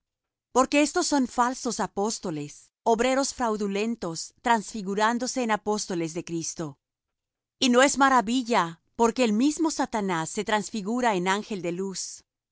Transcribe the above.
porque éstos son falsos apóstoles obreros fraudulentos trasfigurándose en apóstoles de cristo y no es maravilla porque el mismo satanás se transfigura en ángel de luz así